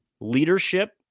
leadership